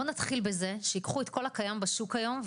בוא נתחיל עם זה שייקחו את כל הקיים בשוק היום,